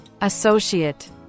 Associate